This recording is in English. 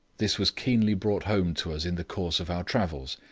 this was keenly brought home to us in the course of our travels.